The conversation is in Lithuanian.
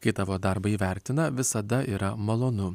kai tavo darbą įvertina visada yra malonu